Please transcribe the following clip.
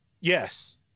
Yes